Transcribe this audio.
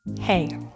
Hey